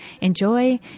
enjoy